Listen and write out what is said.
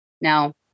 Now